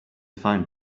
find